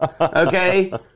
Okay